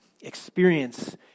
experience